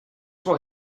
will